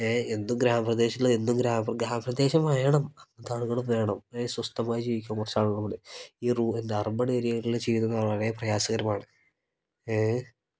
ഏ എന്നും ഗ്രാമപ്രദേശത്ത് എന്നും ഗ്രാമ ഗ്രാമപ്രദേശം വേണം അങ്ങനെത്തെ ആളുകളും വേണം ഏ സ്വസ്ഥമായി ജീവിക്കാൻ കുറച്ച് ആളുകളുണ്ട് ഈ എന്താ അർബൺ ഏരിയകളിൽ ചെയ്യുന്നത് വളരെ പ്രയാസകരമാണ് ഏ